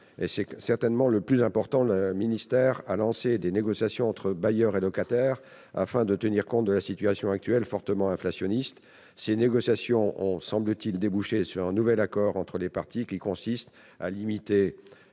et c'est certainement le plus important, le ministère a lancé des négociations entre bailleurs et locataires afin de tenir compte de la situation actuelle, fortement inflationniste. Ces négociations ont, semble-t-il, débouché sur un nouvel accord entre les parties, qui consiste à limiter,